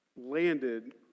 landed